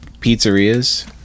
pizzerias